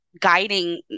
guiding